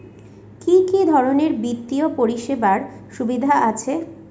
কি কি ধরনের বিত্তীয় পরিষেবার সুবিধা আছে?